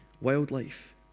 wildlife